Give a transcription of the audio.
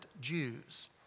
Jews